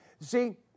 See